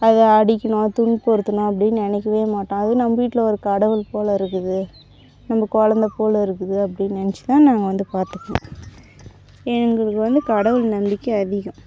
அதை அடிக்கணும் துன்புறுத்தணும் அப்படின்னு நினைக்கவே மாட்டோம் அது நம்ம வீட்டில ஒரு கடவுள் போல் இருக்குது நம்ம குலந்த போல் இருக்குது அப்படின்னு நினச்சிதான் நாங்கள் வந்து பார்த்துப்போம் எங்களுக்கு வந்து கடவுள் நம்பிக்கை அதிகம்